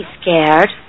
scared